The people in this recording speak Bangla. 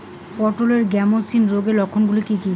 পটলের গ্যামোসিস রোগের লক্ষণগুলি কী কী?